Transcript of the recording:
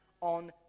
on